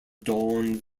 dawn